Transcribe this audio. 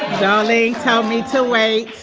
darlene told me to wait.